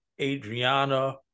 Adriana